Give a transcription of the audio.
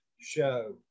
show